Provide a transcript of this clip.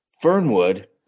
Fernwood